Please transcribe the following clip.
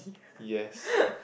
yes